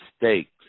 mistakes